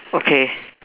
okay